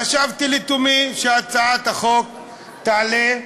חשבתי לתומי שהצעת החוק תעלה,